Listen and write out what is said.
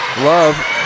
love